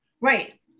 Right